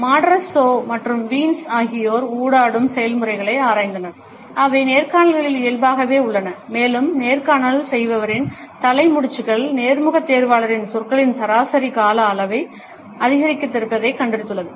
Matarazzo மற்றும் Wiens ஆகியோர் ஊடாடும் செயல்முறைகளை ஆராய்ந்தனர் அவை நேர்காணல்களில் இயல்பாகவே உள்ளன மேலும் நேர்காணல் செய்பவரின் தலை முடிச்சுகள் நேர்முகத் தேர்வாளரின் சொற்களின் சராசரி கால அளவை அதிகரித்திருப்பதைக் கண்டறிந்துள்ளது